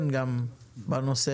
שני בנקים זה כבר 70%,